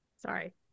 Sorry